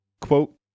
Quote